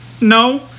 No